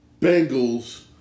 Bengals